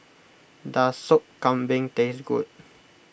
does Sop Kambing taste good